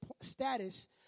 status